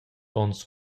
onns